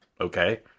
okay